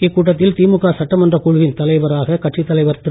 இக்கூட்டத்தில் திமுக சட்டமன்றக் குழுவின் தலைவராக கட்சி தலைவர் திரு